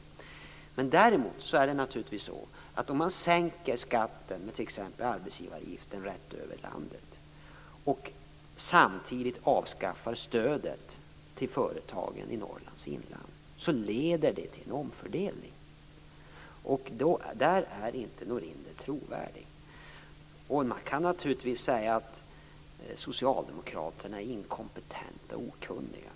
Om man däremot sänker skatten med t.ex. arbetsgivaravgiften rätt över landet och samtidigt avskaffar stödet för företagen i Norrlands inland leder det till en omfördelning. På den punkten är inte Norinder trovärdig. Han kan naturligtvis säga att socialdemokraterna är inkompetenta och okunniga.